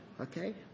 Okay